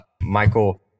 michael